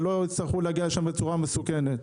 ולא יצטרכו להגיע לשם בצורה מסוכנת.